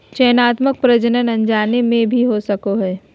चयनात्मक प्रजनन अनजाने में भी हो सको हइ